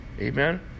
Amen